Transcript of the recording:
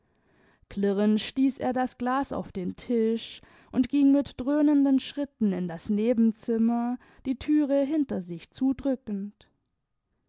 klirrend stieß er das glas auf den tisch und ging mit dröhnenden schritten in das nebenzimmer die thüre hinter sich zudrückend